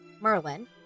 Merlin